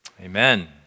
Amen